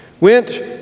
went